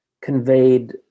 conveyed